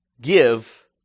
Give